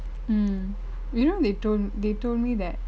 mm you know they told they told me that